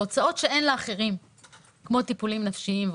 הוצאות שאין לאחרים כמו טיפולים נפשיים,